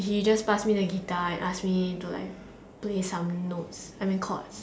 he just pass me the guitar and ask me to like play some notes I mean chord